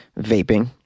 vaping